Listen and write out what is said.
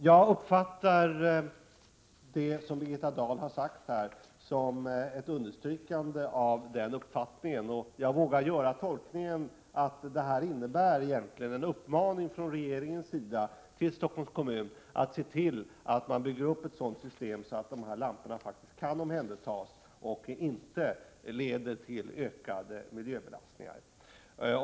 Jag uppfattar det som Birgitta Dahl har sagt här som ett understrykande av den uppfattningen, och jag vågar göra tolkningen att det här egentligen innebär en uppmaning från regeringen till Stockholms kommun att se till att man bygger upp ett sådant system som möjliggör att de här lamporna faktiskt kan omhändertas efter användandet i stället för att de skall leda till ökade miljöbelastningar.